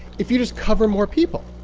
if you just cover more people.